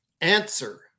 answer